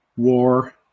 war